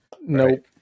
Nope